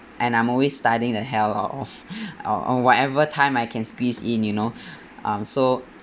and I'm always studying the hell out of out of whatever time I can squeeze in you know um so